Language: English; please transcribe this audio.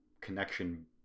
connection